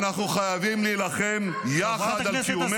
אנחנו חייבים להילחם יחד על קיומנו.